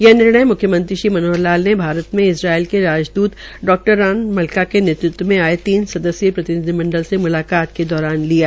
यह निर्णय म्ख्यमंत्री मनोहर लाल ने भारत में इजराइल के राजद्रत डा रॉन मल्का के नेतृत्व मे आये तीन सदस्यीय प्रतिनिधिमंउल की मुलाकात के दौरान लिया